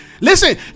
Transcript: Listen